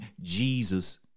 Jesus